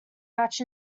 hatch